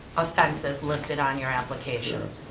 offenses listed on your application.